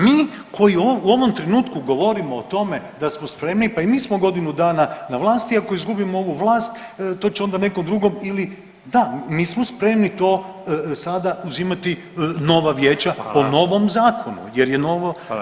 Mi koji u ovom trenutku govorimo o tome da smo spremni, pa i mi smo godinu dana na vlasti, ako izgubimo ovu vlast to će onda nekom drugom ili, da mi smo spremni to sada uzimati nova vijeća po novom zakonu jer je novo imenovanje.